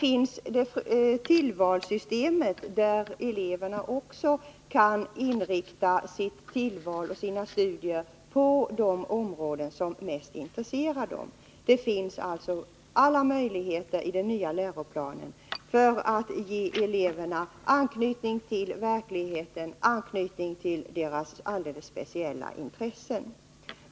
Med hjälp av tillvalssystemet kan eleverna också inrikta sina studier på de områden som mest intresserar dem. Det finns alltså alla möjligheter i den nya läroplanen att ge eleverna anknytning till verkligheten och till deras alldeles speciella intressen.